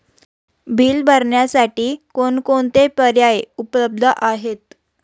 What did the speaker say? Bill भरण्यासाठी कोणकोणते पर्याय उपलब्ध आहेत?